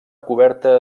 coberta